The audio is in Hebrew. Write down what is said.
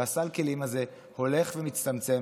וסל הכלים הזה הולך ומצטמצם,